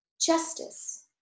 justice